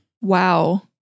Wow